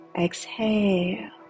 Exhale